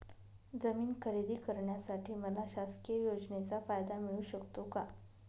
जमीन खरेदी करण्यासाठी मला शासकीय योजनेचा फायदा मिळू शकतो का?